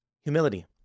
humility